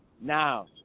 Now